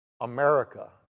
America